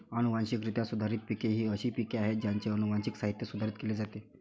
अनुवांशिकरित्या सुधारित पिके ही अशी पिके आहेत ज्यांचे अनुवांशिक साहित्य सुधारित केले जाते